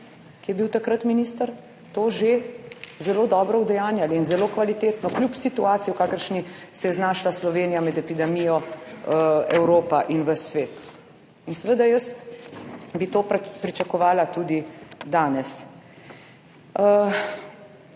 ki je bil takrat minister, to že zelo dobro udejanjali in zelo kvalitetno kljub situaciji, v kakršni se je znašla Slovenija med epidemijo, Evropa in ves svet. In seveda, jaz bi to pričakovala tudi danes.